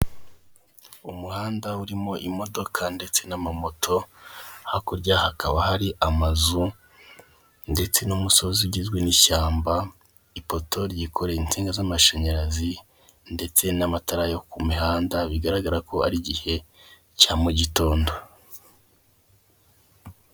Umuhanda urimo imodoka ndetse n'amamoto, hakurya hakaba hari amazu ndetse n'umusozi ugizwe n'ishyamba, ipoto ryikoreye insinga z'amashanyarazi ndetse n'amatara yo ku mihanda bigaragara ko ar'igihe cya mugitondo.